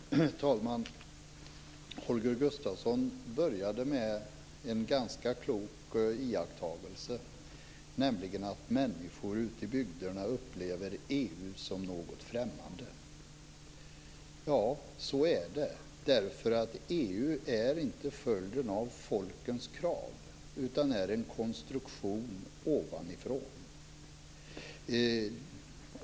Herr talman! Holger Gustafsson började med en ganska klok iakttagelse, nämligen att människor ute i bygderna upplever EU som något främmande. Så är det därför att EU inte är följden av folkens krav utan en konstruktion ovanifrån.